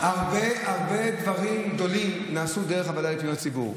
הרבה דברים גדולים נעשו דרך הוועדה לפניות הציבור.